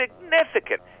significant